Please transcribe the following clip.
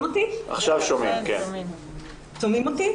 עכשיו מהדברים של